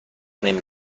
نمی